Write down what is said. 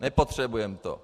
Nepotřebujeme to.